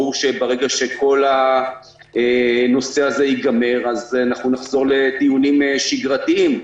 ברור שברגע שכל הנושא הזה ייגמר נחזור לדיונים שגרתיים.